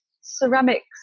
ceramics